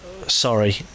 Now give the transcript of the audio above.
Sorry